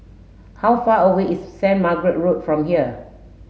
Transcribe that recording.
how far away is Saint Margaret Road from here